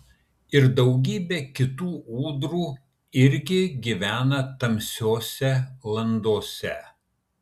ir daugybė kitų ūdrų irgi gyvena tamsiose landose